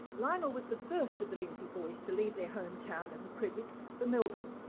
lionel was the first of the lindsay boys to leave their hometown of of creswick for melbourne,